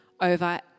over